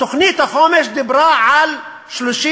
תוכנית החומש דיברה על 32